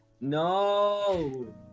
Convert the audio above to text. No